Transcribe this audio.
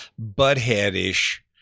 butthead-ish